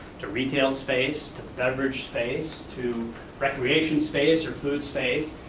to retail space, to beverage space, to recreation space, or food space,